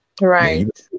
Right